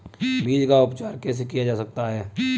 बीज का उपचार कैसे किया जा सकता है?